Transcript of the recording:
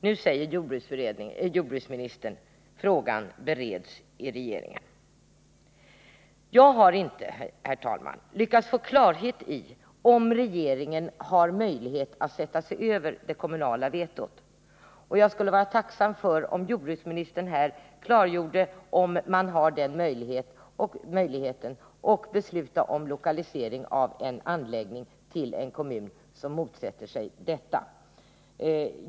Nu säger jordbruksministern: Frågan bereds i regeringen. Jag har, herr talman, inte lyckats få klarhet i om regeringen har möjlighet att sätta sig över det kommunala vetot, och jag skulle vara tacksam om jordbruksministern här klargjorde om regeringen har möjlighet att besluta om lokalisering av en anläggning till en kommun som motsätter sig detta.